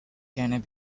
cannot